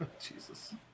Jesus